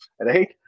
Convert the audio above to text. Right